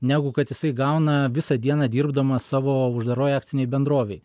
negu kad jisai gauna visą dieną dirbdamas savo uždaroj akcinėj bendrovėj